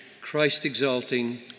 Christ-exalting